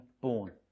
born